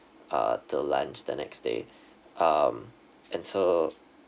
uh till lunch the next day um and so